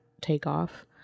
Takeoff